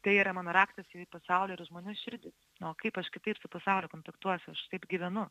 tai yra mano raktas į pasaulį ir į žmonių širdį o kaip aš kitaip su pasauliu kontaktuosiu aš taip gyvenu